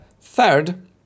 third